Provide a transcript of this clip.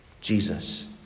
Jesus